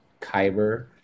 Kyber